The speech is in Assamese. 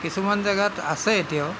কিছুমান জেগাত আছে এতিয়াও